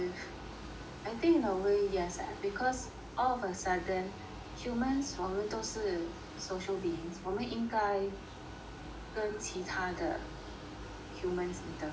I think in a way yes eh because all of a sudden humans 我们都是 social beings 我们应该跟其他的 humans interact